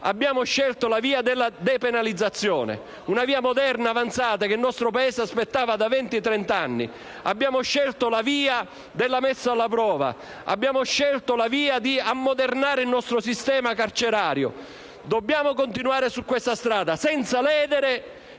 Abbiamo scelto la via della depenalizzazione: una via moderna e avanzata che il nostro Paese aspettava da venti, trent'anni; la via della messa alla prova, la via di ammodernare il nostro sistema carcerario. Dobbiamo continuare su questa strada senza ledere